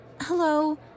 Hello